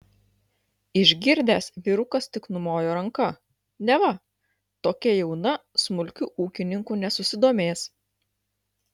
išgirdęs vyrukas tik numojo ranka neva tokia jauna smulkiu ūkininku nesusidomės